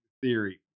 theory